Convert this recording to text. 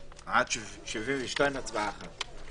עד 72, הצבעה אחת.